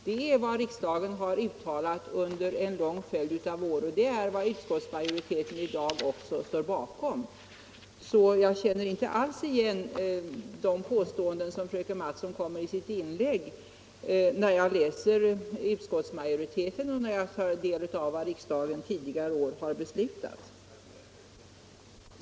Det är vad riksdagen har uttalat under en lång följd av år, och det är vad utskottet i dag också står bakom. Jag känner således inte alls igen de påståenden som fröken Mattson gjorde i sitt inlägg, när jag läser utskottsmajoritetens yttrande och när jag tar del av vad riksdagen tidigare år har beslutat.